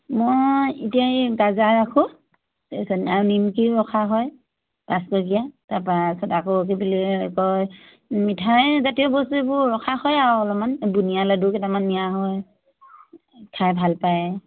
মই এতিয়া এই গাজা ৰাখোঁ তাৰপিছত আৰু নিমকিও ৰখা হয় পাঁচটকীয়া তাৰপাছত আকৌ কি বুলি কয় মিঠাইজাতীয় বস্তু এইবোৰ ৰখা হয় আৰু অলপমান বুনিয়া লাডু কেইটামান নিয়া হয় খাই ভাল পায়